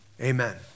Amen